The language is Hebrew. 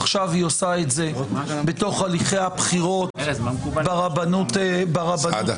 עכשיו היא עושה את זה בתוך הליכי הבחירות לרבנות הראשית.